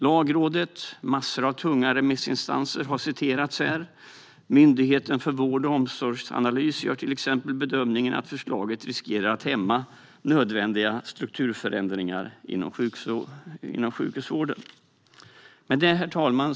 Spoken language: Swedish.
Lagrådet och massor av tunga remissinstanser har citerats här. Myndigheten för vård och omsorgsanalys gör till exempel bedömningen att förslaget riskerar att hämma nödvändiga strukturförändringar inom sjukhusvården. Herr talman!